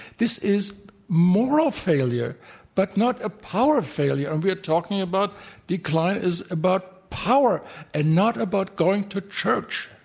this is moral failure but not a power failure and we are talking about decline is about power and not about going to church.